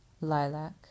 Lilac